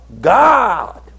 God